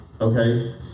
okay